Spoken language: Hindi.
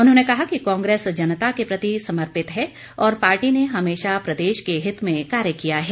उन्होंने कहा कि कांग्रेस जनता के प्रति समर्पित है और पार्टी ने हमेशा प्रदेश के हित में कार्य किया है